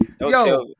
Yo